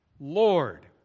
Lord